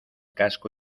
casco